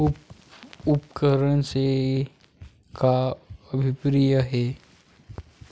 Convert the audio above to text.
उपकरण से का अभिप्राय हे?